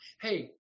Hey